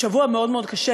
שבוע מאוד קשה,